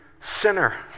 sinner